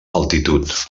altitud